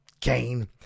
Kane